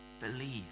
Believe